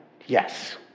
yes